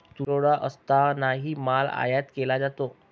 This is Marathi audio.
तुटवडा असतानाही माल आयात केला जातो